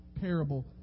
parable